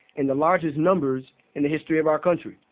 in the largest numbers in the history of our country.